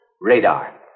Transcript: Radar